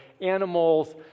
animals